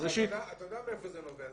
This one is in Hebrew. אתה יודע מאיפה זה נובע.